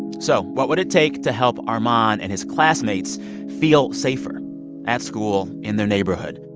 so what would it take to help armon and his classmates feel safer at school, in their neighborhood?